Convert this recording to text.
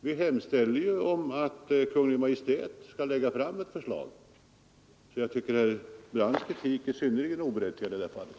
Vi hemställer att Kungl. Maj:t skall lägga fram ett förslag, så jag tycker att herr Brandts kritik är synnerligen oberättigad i det här fallet.